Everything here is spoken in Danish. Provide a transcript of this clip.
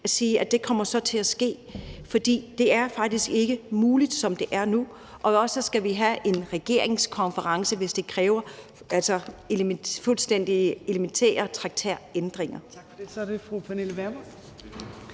at sige, at det så kommer til at ske. For det er faktisk ikke muligt, som det er nu. Og så skal vi også have en regeringskonference, hvis det kræver fuldstændig elementære traktatændringer.